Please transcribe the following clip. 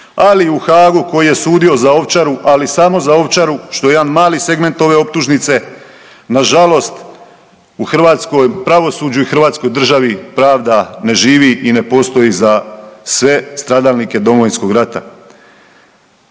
i u Hagu koji je sudio za Ovčaru, ali samo za Ovčaru što je jedan mali segment ove optužnice, nažalost u Hrvatskoj, pravosuđu i u hrvatskoj državi pravda ne živi i ne postoji za sve stradalnike Domovinskog rata.